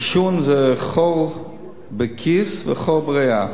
עישון זה חור בכיס וחור בריאה.